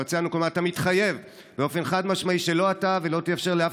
מרציאנו: "כלומר אתה מתחייב באופן חד-משמעי שלא אתה ולא תאפשר לאף